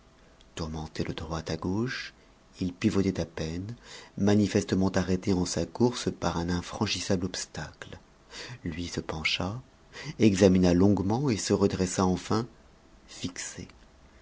tourmenté de droite à gauche il pivotait à peine manifestement arrêté en sa course par un infranchissable obstacle lui se pencha examina longuement et se redressa enfin fixé